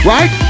Right